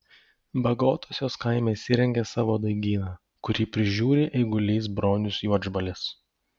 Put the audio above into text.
bagotosios kaime įsirengė savo daigyną kurį prižiūri eigulys bronius juodžbalis